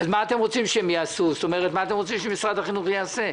מה אתם רוצים שמשרד החינוך יעשה?